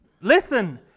Listen